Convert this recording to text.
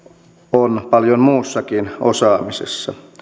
on paljon muussakin osaamisessa